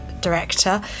Director